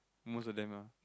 most of them lah